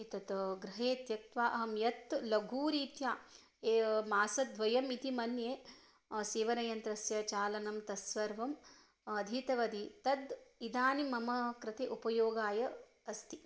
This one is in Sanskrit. एतत् गृहे त्यक्त्वा अहं यत् लघुरीत्या मासद्वयम् इति मन्ये सीवनयन्त्रस्य चालनं तस्सर्वं अधीतवति तत् इदानीं मम कृते उपयोगाय अस्ति